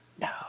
No